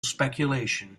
speculation